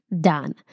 done